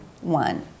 one